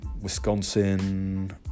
Wisconsin